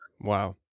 wow